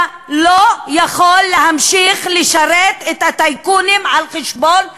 אתה לא יכול להמשיך לשרת את הטייקונים על חשבון העם.